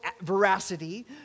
veracity